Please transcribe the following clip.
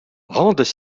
rendent